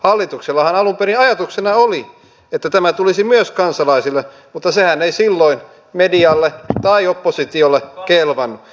hallituksellahan alun perin ajatuksena oli että tämä tulisi myös kansalaisille mutta sehän ei silloin medialle tai oppositiolle kelvannut